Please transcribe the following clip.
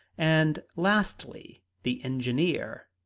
and lastly the engineer.